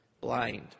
blind